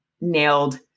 nailed